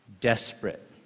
Desperate